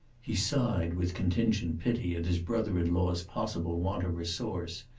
he sighed with contingent pity at his brother-in-law's possible want of resource.